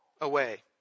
away